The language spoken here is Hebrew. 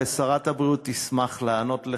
ושרת הבריאות תשמח לענות לך,